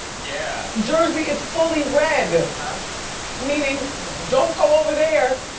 yeah. jersey is fully red, and meaning don't go over there.